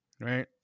right